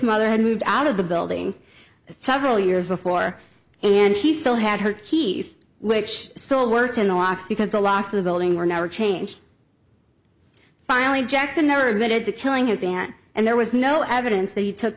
mother had moved out of the building several years before and he still had her keys which still worked in the locks because the locks of the building were never changed finally jackson never voted to killing his aunt and there was no evidence that he took